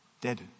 dead